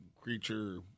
creature